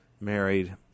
married